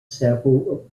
several